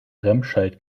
remscheid